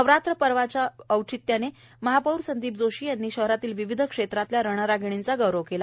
नवरात्र पर्वाचे औचित्य साधून महापौर संदीप जोशी यांनी शहरातील विविध क्षेत्रातील रणरागिर्णींचा गौरव केला